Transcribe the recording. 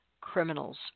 criminals